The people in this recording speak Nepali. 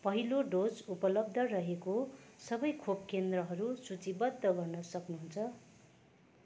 पहिलो डोज उपलब्ध रहेको सबै खोप केन्द्रहरू सूचीबद्ध गर्न सक्नुहुन्छ